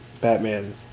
Batman